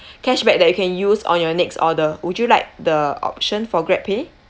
cashback that you can use on your next order would you like the option for grabpay